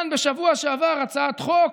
בשבוע שעבר היא העלתה כאן הצעת חוק,